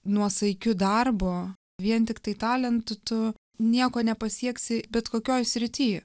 nuosaikiu darbu vien tiktai talentu tu nieko nepasieksi bet kokioj srity